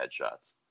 headshots